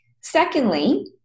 Secondly